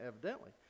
evidently